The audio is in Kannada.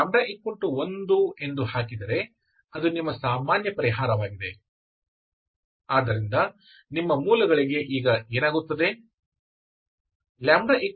ನೀವು λ 1 ಅನ್ನು ಹಾಕಿದರೆ ಅದು ನಿಮ್ಮ ಸಾಮಾನ್ಯ ಪರಿಹಾರವಾಗಿದೆ ಆದ್ದರಿಂದ ನಿಮ್ಮ ಮೂಲಗಳಿಗೆ ಈಗ ಏನಾಗುತ್ತದೆ